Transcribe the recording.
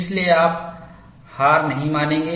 इसलिए आप हार नहीं मानेंगे